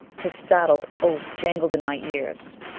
his startled oath jangled in my ears.